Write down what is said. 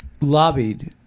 lobbied